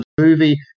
movie